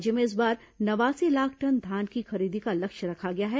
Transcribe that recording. राज्य में इस बार नवासी लाख टन धान की खरीदी का लक्ष्य रखा गया है